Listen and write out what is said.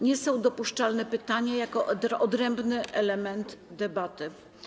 Nie są dopuszczalne pytania jako odrębny element debaty.